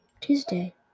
Tuesday